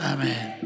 Amen